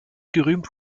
gerühmt